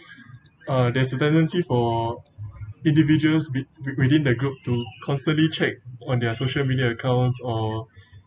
uh there's dependency for individuals wit~ wi~within the group to constantly check on their social media accounts or